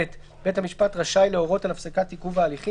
(ב)בית המשפט רשאי להורות על הפסקת עיכוב ההליכים